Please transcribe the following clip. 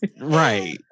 Right